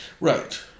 right